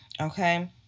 Okay